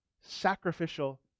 sacrificial